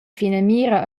finamira